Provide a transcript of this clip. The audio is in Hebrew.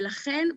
ולכן,